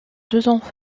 deux